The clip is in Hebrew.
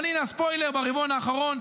אבל הינה הספוילר: ברבעון האחרון,